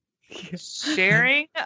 Sharing